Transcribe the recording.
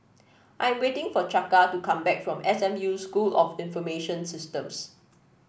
I'm waiting for Chaka to come back from S M U School of Information Systems